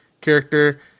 character